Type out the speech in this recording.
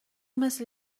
مثل